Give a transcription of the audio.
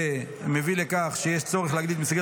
שמביא לכך שיש צורך להגדיל את מסגרת